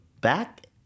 back